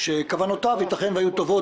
שאולי כוונותיו טובות,